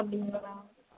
அப்படிங்களா